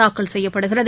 தாக்கல் செய்யப்படுகிறது